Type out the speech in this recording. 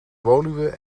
woluwe